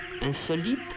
Insolite